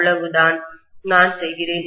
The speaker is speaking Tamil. அவ்வளவுதான் நான் செய்கிறேன்